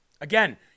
Again